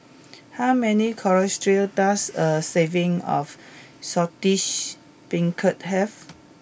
how many color does a serving of Saltish Beancurd have